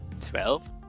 Twelve